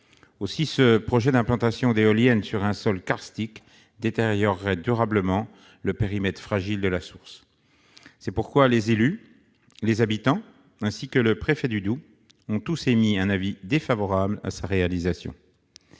en eau potable. L'implantation d'éoliennes sur ce sol karstique détériorerait durablement le périmètre fragile de la source. C'est pourquoi les élus et les habitants, ainsi que le préfet du Doubs, ont tous émis un avis défavorable sur ce projet.